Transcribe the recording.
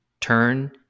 turn